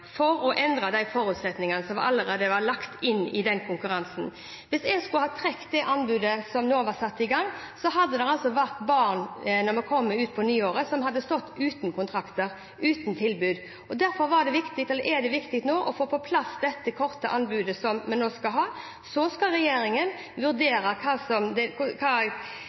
for å endre de forutsetningene som allerede var lagt inn i den konkurransen. Hvis jeg skulle ha trukket det anbudet som var satt i gang, hadde det altså– når vi kommer på nyåret – vært barn som hadde stått uten kontrakter, uten tilbud. Derfor er det viktig å få på plass dette korte anbudet vi nå skal ha. Så skal regjeringen vurdere hvilke kriterier som skal ligge til grunn for det